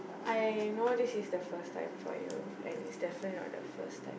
I know this is the first time for you and it's definitely not the first time